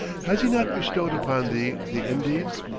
has he not bestowed upon thee the indies,